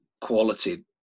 quality